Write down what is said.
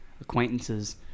acquaintances